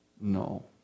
No